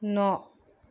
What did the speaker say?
न